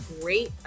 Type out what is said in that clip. great